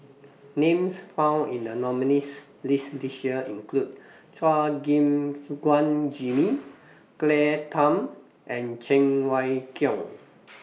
Names found in The nominees' list This Year include Chua Gim Guan Jimmy Claire Tham and Cheng Wai Keung